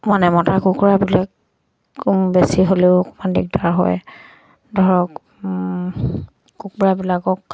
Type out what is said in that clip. মানে মতা কুকুৰাবিলাক বেছি হ'লেও অকমান দিগদাৰ হয় ধৰক কুকুৰাবিলাকক